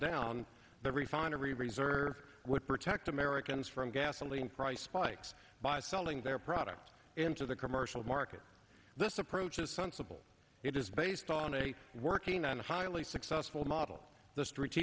down the refinery reserves would protect americans from gasoline price politics by selling their product into the commercial market this approach is sensible it is based on a working on a highly successful model the